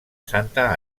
santa